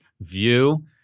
view